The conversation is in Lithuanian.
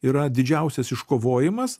yra didžiausias iškovojimas